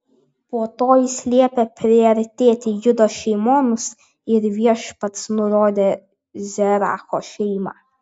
po to jis liepė priartėti judo šeimoms ir viešpats nurodė zeracho šeimą